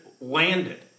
landed